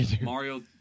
Mario